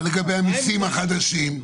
מה לגבי המיסים החדשים?